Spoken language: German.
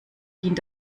dient